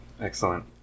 Excellent